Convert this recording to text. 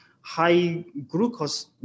high-glucose